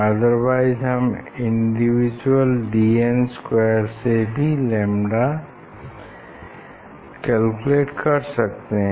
otherwise हम individual Dn square से भी लैम्डा कैलकुलेट कर सकते हैं